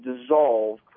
dissolve